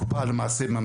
למעשה,